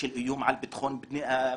של איום על ביטחון המדינה?